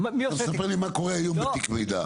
תספר לי מה קורה היום בתיק מידע?